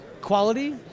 quality